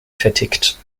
vertickt